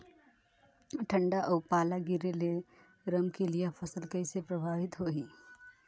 ठंडा अउ पाला गिरे ले रमकलिया फसल कइसे प्रभावित होही?